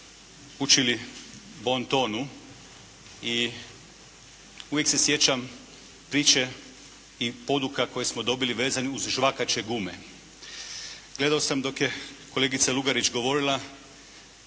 učili bontonu i uvijek se sjećam priče i poduka koje smo dobili vezano uz žvakaće gume. Gledao sam dok je kolegica Lugarić govorila